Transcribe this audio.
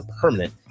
permanent